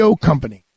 company